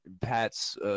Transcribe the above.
Pat's